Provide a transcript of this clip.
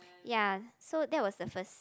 ya so that was the first